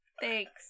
thanks